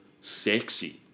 sexy